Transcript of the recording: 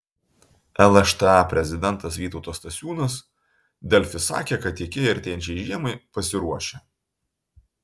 lšta prezidentas vytautas stasiūnas delfi sakė kad tiekėjai artėjančiai žiemai pasiruošę